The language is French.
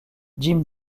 jim